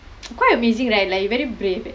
it's quite amazing right like very brave eh